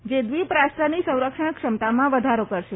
જે દ્વિપ રાષ્ટ્રની સંરક્ષણ ક્ષમતામાં વધારો કરશે